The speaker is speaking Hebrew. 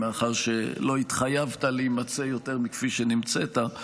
מאחר שלא התחייבת להימצא מכפי שנמצאת,